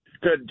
Good